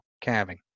calving